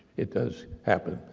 it does happen,